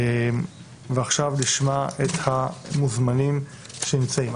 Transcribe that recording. ועכשיו נשמע את המוזמנים שנמצאים.